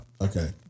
Okay